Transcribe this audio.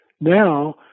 now